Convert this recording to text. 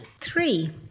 three